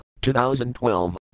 2012